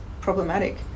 problematic